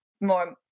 more